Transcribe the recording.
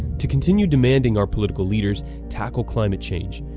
to continue demanding our political leaders tackle climate change,